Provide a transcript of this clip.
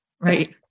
Right